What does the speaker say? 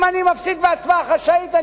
אם אני מפסיד בהצבעה חשאית,